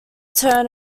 turn